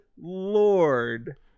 Lord